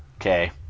okay